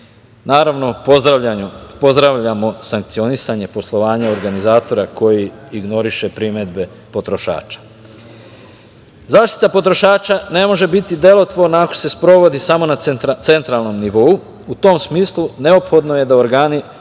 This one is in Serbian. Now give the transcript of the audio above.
štete. Naravno, pozdravljamo sankcionisanje poslovanja organizatora koji ignoriše primedbe potrošača.Zaštita potrošača ne može biti delotvorna ako se sprovodi samo na centralnom nivou. U tom smislu neophodno je da organi